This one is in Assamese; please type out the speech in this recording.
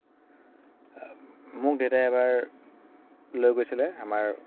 মোক দেউতাই এবাৰ লৈ গৈছিলে আমাৰ